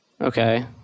okay